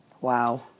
Wow